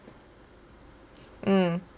mm